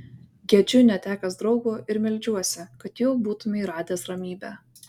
gedžiu netekęs draugo ir meldžiuosi kad jau būtumei radęs ramybę